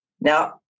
Now